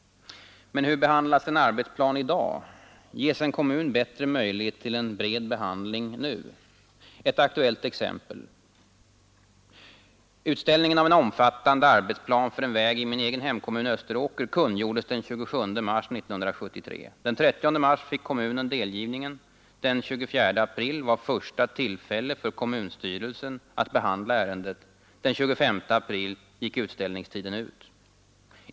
Men hur behandlas en arbetsplan i dag? Ges en kommun bättre möjlighet till en bred behandling nu? Utställningen av en omfattande arbetsplan för en väg i min egen hemkommun Österåker kungjordes den 27 mars 1973. Den 30 mars fick kommunen delgivningen. Den 24 april var första tillfälle för kommunstyrelsen att behandla ärendet. Den 25 april gick utställningstiden ut.